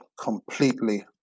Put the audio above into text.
completely